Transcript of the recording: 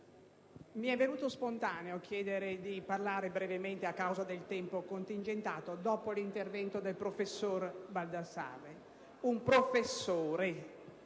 mi è venuto spontaneo chiedere di parlare brevemente, a causa del tempo contingentato, dopo l'intervento del professor Baldassarri. Un professore,